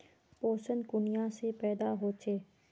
पोषण कुनियाँ से पैदा होचे?